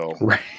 Right